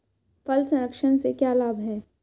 फल संरक्षण से क्या लाभ है?